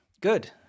good